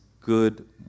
good